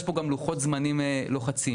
יש פה גם לוחות זמנים לוחצים